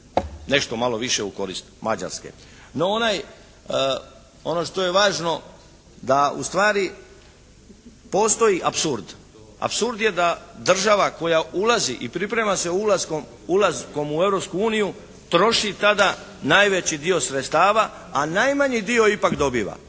nešto malo više u korist Mađarske. No, onaj, ono što je važno da ustvari postoji apsurd. Apsurd je da država koja ulazi i priprema se u ulaskom u Europsku uniju troši tada najveći dio sredstava a najmanji dio ipak dobiva.